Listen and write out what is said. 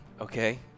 okay